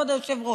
כבוד היושב-ראש,